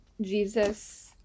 Jesus